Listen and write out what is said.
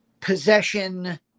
possession